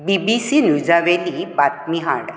बी B C न्युजावेली बातमी हाड